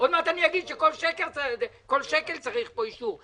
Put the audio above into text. עוד מעט אני אגיד שכל שקל צריך פה אישור.